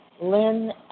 Lynn